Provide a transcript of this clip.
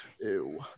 Ew